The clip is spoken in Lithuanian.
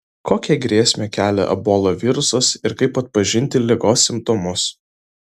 kokią grėsmę kelia ebola virusas ir kaip atpažinti ligos simptomus